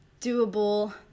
doable